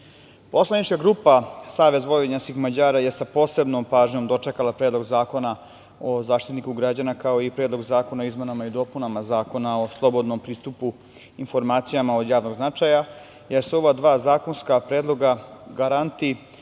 poslanička grupa SVM je sa posebnom pažnjom dočekala Predlog zakona o Zaštitniku građana, kao i Predlog zakona o izmenama i dopunama Zakona o slobodnom pristupu informacijama od javnog značaja, jer su ova dva zakonska predloga garanti